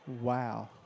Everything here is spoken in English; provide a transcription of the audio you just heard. Wow